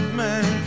man